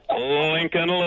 Lincoln